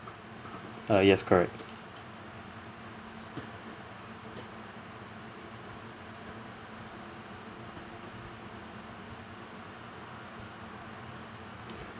uh yes correct